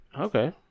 Okay